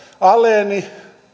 aleni